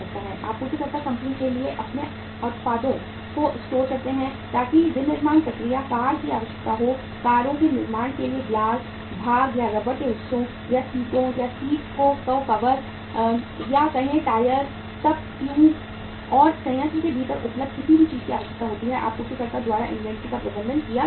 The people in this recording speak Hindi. आपूर्तिकर्ता कंपनी के लिए अपने उत्पादों को स्टोर करते हैं ताकि विनिर्माण प्रक्रिया कार की आवश्यकता हो कारों के निर्माण के लिए ग्लास भाग या रबर के हिस्सों या सीटों या सीट को कवर या कहें टायर तब ट्यूब और संयंत्र के भीतर उपलब्ध किसी भी चीज की आवश्यकता होती है आपूर्तिकर्ता द्वारा इनवेंटरी का प्रबंधन किया जा रहा है